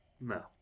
No